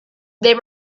they